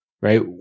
right